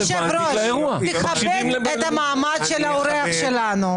תכבד את מעמד האורח שלנו.